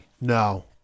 No